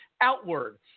outward